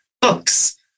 books